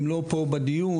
הם לא פה בדיון,